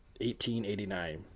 1889